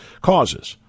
causes